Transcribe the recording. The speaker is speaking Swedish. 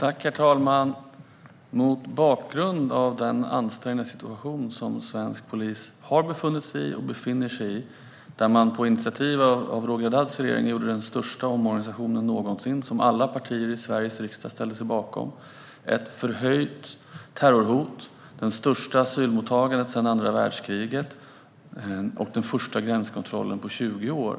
Herr talman! Svensk polis har befunnit och befinner sig i en ansträngd situation. På initiativ av Roger Haddads regering gjordes den största omorganisationen någonsin, vilket alla partier i Sveriges riksdag ställde sig bakom. Vi har ett förhöjt terrorhot, det största asylmottagandet sedan andra världskriget och den första gränskontrollen på 20 år.